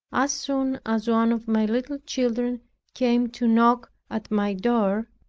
as soon as one of my little children came to knock at my door,